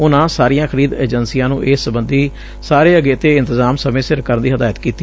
ਉਨੂਾ ਸਾਰੀਆਂ ਖਰੀਦ ਏਜੰਸੀਆਂ ਨੂੰ ਇਸ ਸਬੰਧੀ ਸਾਰੇ ਅਗੇਤੇ ਇੰਤਜਾਮ ਸਮੇਂ ਸਿਰ ਕਰਨ ਦੀ ਹਦਾਇਤ ਕੀਤੀ